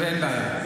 אין בעיה.